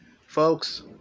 Folks